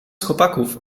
chłopaków